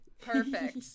Perfect